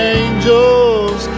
angels